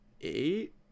eight